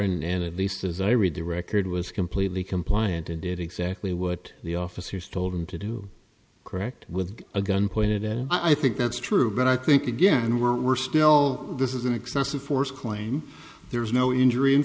and at least as i read the record was completely compliant and did exactly what the officers told him to do correct with a gun pointed and i think that's true but i think again we're still this is an excessive force claim there's no injury in